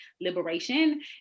liberation